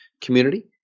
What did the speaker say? community